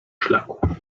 szlaku